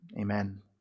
amen